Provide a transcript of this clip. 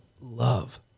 love